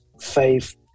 faith